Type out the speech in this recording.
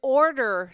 order